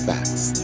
Facts